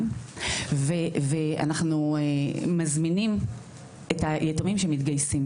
ואנחנו מזמינים את היתומים שמתגייסים.